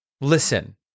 Listen